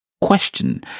question